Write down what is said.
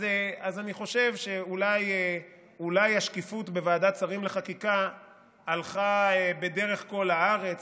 אז אני חושב שאולי השקיפות בוועדת שרים לחקיקה הלכה בדרך כל הארץ,